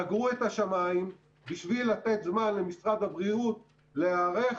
סגרו את השמיים בשביל לתת זמן למשרד הבריאות להיערך